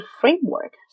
framework